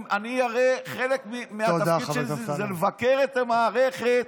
הרי חלק מהתפקיד שלי זה לבקר את המערכת